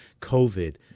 COVID